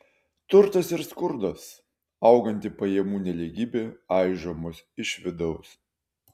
turtas ir skurdas auganti pajamų nelygybė aižo mus iš vidaus